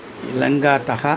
इलङ्गातः